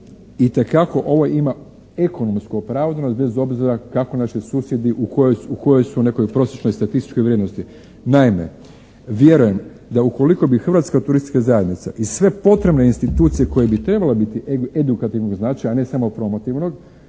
itekako ovo ima ekonomsku opravdanost bez obzira kako naši susjedi u kojoj su nekoj prosječnoj statističkoj vrijednosti. Naime, vjerujem da ukoliko bi Hrvatska turistička zajednica i sve potrebne institucije koje bi trebale biti od edukativnog značaja a ne samo promotivnog